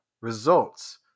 results